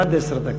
עד עשר דקות.